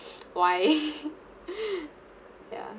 why ya